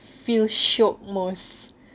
feel shiok most